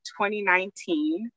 2019